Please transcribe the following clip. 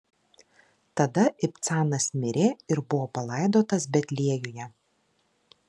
tada ibcanas mirė ir buvo palaidotas betliejuje